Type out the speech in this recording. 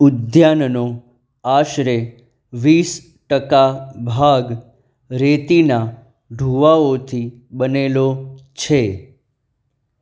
ઉદ્યાનનો આશરે વીસ ટકા ભાગ રેતીના ઢૂવાઓથી બનેલો છે